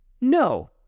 no